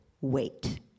wait